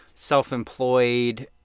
self-employed